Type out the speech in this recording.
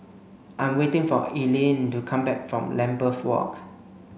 I'm waiting for Eileen to come back from Lambeth Walk